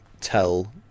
tell